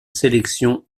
sélection